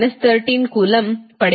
61210 13 coulomb ಪಡೆಯುತ್ತೀರಿ